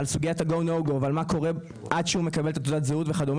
על סוגיית GO /NO GO ועל מה קורה עד שהוא מקבל את תעודת הזהות וכד'.